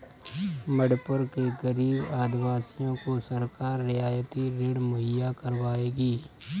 मणिपुर के गरीब आदिवासियों को सरकार रियायती ऋण मुहैया करवाएगी